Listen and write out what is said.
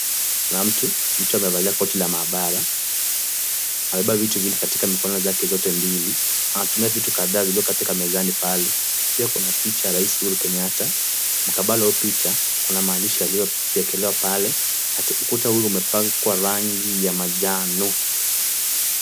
Kuna mtu, mtu amevalia koti la maabara. Amebeba vitu viwili katika mikononi zake mbili. Anatumia vitu kadhaa zilio katika mezani pale. Pia kuna picha ya rais Uhuru Kenyatta. Mkabala wa hiyo picha, kuna maandishi yaliyoekelewa pale. Ukuta huo umepakwa rangi ya manjano.